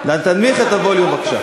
תנמיך את הווליום, בבקשה.